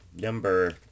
number